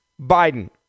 Biden